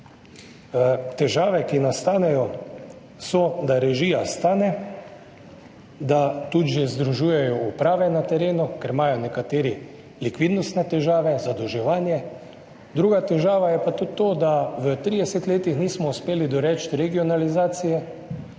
Težave, ki nastanejo, so, da režija stane, da tudi na terenu že združujejo uprave, ker imajo nekateri likvidnostne težave, zadolževanje. Druga težava je pa tudi to, da v 30 letih nismo uspeli doreči regionalizacije,